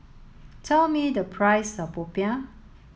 tell me the price of Popiah